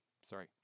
sorry